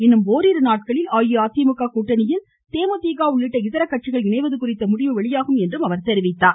இன்னும் ஓரிரு நாட்களில் அஇஅதிமுக கூட்டணியில் தேமுதிக உள்ளிட்ட இதரக் கட்சிகள் இணைவது குறித்த முடிவு வெளியாகும் என்றும் அவர் தெரிவித்தார்